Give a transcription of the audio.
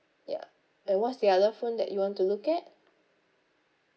ya and what's the other phone that you want to look at